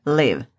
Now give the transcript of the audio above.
live